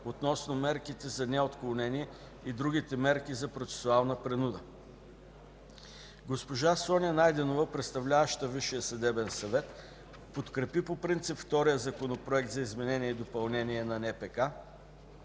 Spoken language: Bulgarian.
относно мерките за неотклонение и другите мерки на процесуална принуда. Госпожа Соня Найденова – представляваща Висшия съдебен съвет, подкрепи по принцип втория законопроект за изменение и допълнение на НПК,